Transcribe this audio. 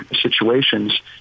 situations